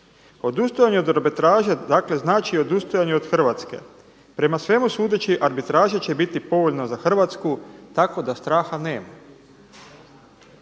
Odustajanje od arbitraže, dakle, znači odustajanje od Hrvatske. Prema svemu sudeći arbitraža će biti povoljna za Hrvatsku tako da straha nema“.